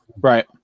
Right